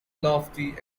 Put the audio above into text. lofty